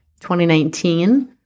2019